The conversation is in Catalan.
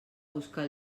buscar